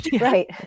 Right